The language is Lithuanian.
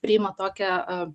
priima tokią